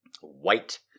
white